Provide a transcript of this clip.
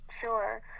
Sure